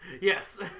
yes